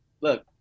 Look